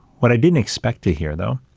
what i didn't expect to hear, though,